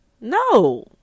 no